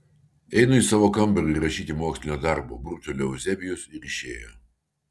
einu į savo kambarį rašyti mokslinio darbo burbtelėjo euzebijus ir išėjo